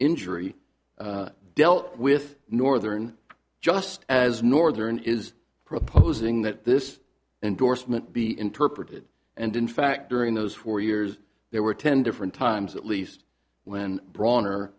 injury dealt with northern just as northern is proposing that this endorsement be interpreted and in fact during those four years there were ten different times at least when